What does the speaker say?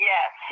Yes